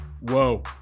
Whoa